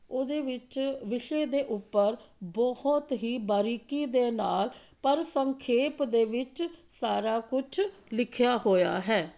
ਉਹਦੇ ਵਿੱਚ ਵਿਸ਼ੇ ਦੇ ਉੱਪਰ ਬਹੁਤ ਹੀ ਬਾਰੀਕੀ ਦੇ ਨਾਲ ਪਰ ਸੰਖੇਪ ਦੇ ਵਿੱਚ ਸਾਰਾ ਕੁਛ ਲਿਖਿਆ ਹੋਇਆ ਹੈ